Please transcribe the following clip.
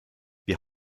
wir